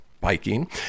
Biking